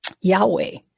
Yahweh